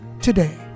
today